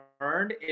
learned